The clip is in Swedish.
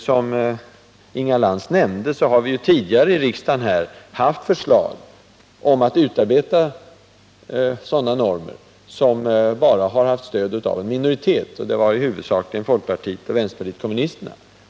Som Inga Lantz nämnde har vi även tidigare i riksdagen haft förslag om att utarbeta sådana normer som då bara haft stöd av en minoritet, huvudsakligen bestående av folkpartiet och vänsterpartiet kommunisterna.